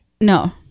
No